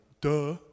duh